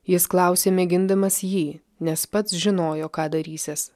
jis klausė mėgindamas jį nes pats žinojo ką darysiąs